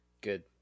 Good